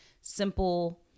simple